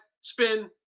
spin